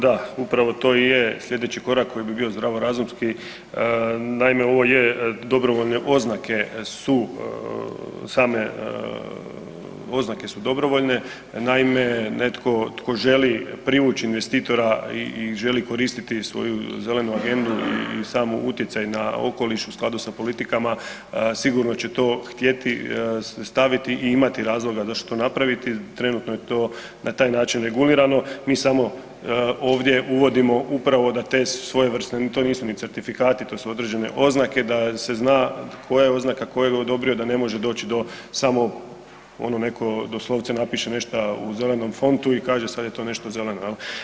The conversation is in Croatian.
Da, upravo to i je slijedeći korak koji bi bio zdravorazumski, naime ovo je dobrovoljno oznake su same oznake su dobrovoljne, naime netko tko želi privući investitora i želi koristiti svoju zelenu agendu i sami utjecaj na okoliš u skladu sa politikama, sigurno će to htjeti staviti i imati razloga za što napraviti, trenutno je to na taj način regulirano, mi samo ovdje uvodimo upravo da te svojevrsne, to nisu ni certifikati, to su određene oznake da se zna koja je oznaka, ko ju je odobrio, da ne može doći do samo ono neko doslovce napiše nešta u zelenom fontu i kaže sad je to nešto zeleno, jel.